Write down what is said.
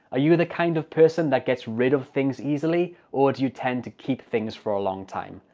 ah you the kind of person that gets rid of things easily or do you tend to keep things for a long time?